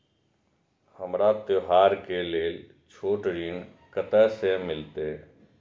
हमरा त्योहार के लेल छोट ऋण कते से मिलते?